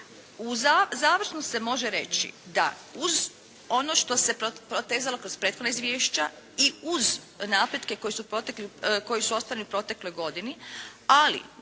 U završno se može reći da uz ono što se protezalo kroz prethodna izvješća i uz napretke koji su ostvareni u protekloj godini, ali